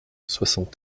soixante